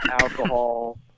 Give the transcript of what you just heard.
alcohol